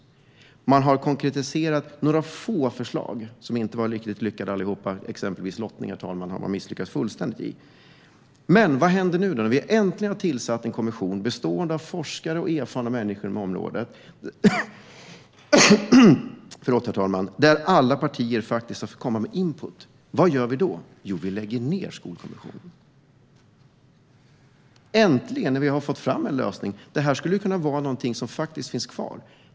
Man har konkretiserat några få förslag som inte var riktigt lyckade allihop. Exempelvis när det gäller lottning, herr talman, har man misslyckats fullständigt. Vad händer nu när vi äntligen har tillsatt en kommission bestående av forskare och erfarna människor på området, där alla partier faktiskt har fått komma med input? Vad gör vi då? Jo, vi lägger ned Skolkommissionen. När vi äntligen fått fram en lösning! Det här skulle ju kunna vara någonting som finns kvar.